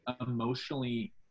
emotionally